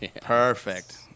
Perfect